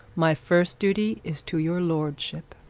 my first duty is to your lordship